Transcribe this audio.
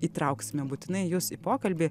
įtrauksime būtinai jus į pokalbį